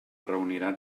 reunirà